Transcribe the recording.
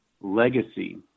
legacy